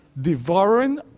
devouring